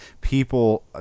people